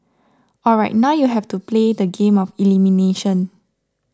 alright now you have to play the game of elimination